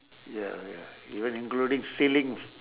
ya ya even including stealing